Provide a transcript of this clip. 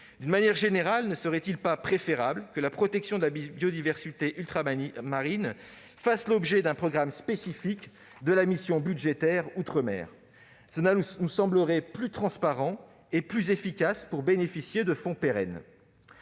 De manière générale, ne serait-il pas préférable que la protection de la biodiversité ultramarine fasse l'objet d'un programme spécifique de la mission budgétaire « Outre-mer »? Cela nous semblerait plus transparent et plus efficace pour bénéficier de fonds pérennes.